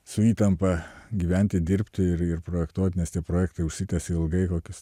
su įtampa gyventi dirbti ir projektuot nes tie projektai užsitęsia ilgai kokius